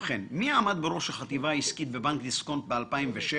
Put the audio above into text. מי עמד בראש החטיבה העסקית בבנק דיסקונט ב-2006,